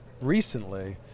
recently